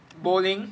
bowling